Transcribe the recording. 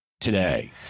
today